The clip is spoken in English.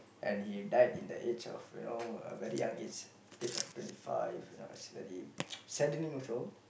and he died in the age of you know a very young age age of twenty five you know it's very saddening also